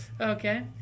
Okay